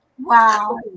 Wow